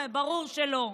ברור שלא.